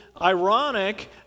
ironic